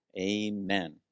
Amen